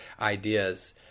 ideas